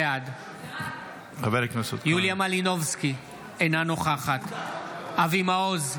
בעד יוליה מלינובסקי, אינה נוכחת אבי מעוז,